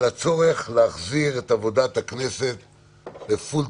על הצורך להחזיר את עבודת הכנסת לפול-טורבו.